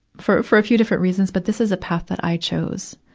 for, for a few different reasons. but this is a path that i chose.